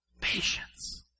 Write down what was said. patience